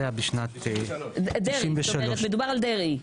זה היה בשנת 93'. מדובר על דרעי?